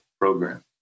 program